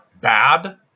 bad